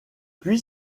puis